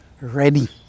ready